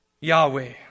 Yahweh